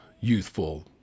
youthful